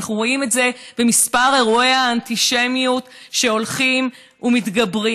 ואנחנו רואים את זה באירועי האנטישמיות שהולכים ומתגברים.